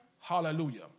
Hallelujah